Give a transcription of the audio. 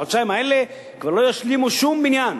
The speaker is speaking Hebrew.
בחודשיים האלה כבר לא ישלימו שום בניין.